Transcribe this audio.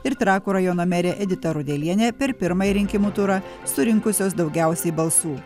ir trakų rajono merė edita rudelienė per pirmąjį rinkimų turą surinkusios daugiausiai balsų